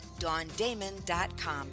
dawndamon.com